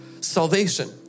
salvation